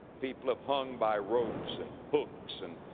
people have hung by ropes and hooks and,